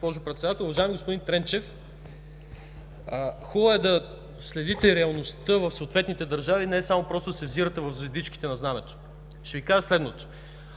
госпожо Председател! Уважаеми господин Тренчев, хубаво е да следите реалността в съответните държави, а не само просто да се взирате в звездичките на знамето. Ще Ви кажа следното: